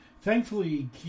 Thankfully